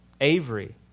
Avery